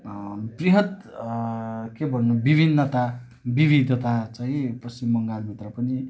बृहत् के भन्नु विभिन्नता विविधता चाहिँ पश्चिम बङ्गालभित्र पनि